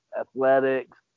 athletics